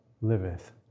liveth